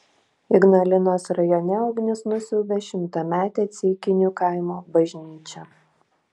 ignalinos rajone ugnis nusiaubė šimtametę ceikinių kaimo bažnyčią